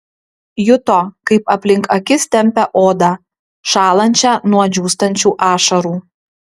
juto kaip aplink akis tempia odą šąlančią nuo džiūstančių ašarų